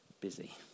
busy